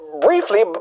briefly